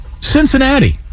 Cincinnati